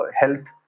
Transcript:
health